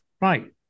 right